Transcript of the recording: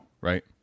right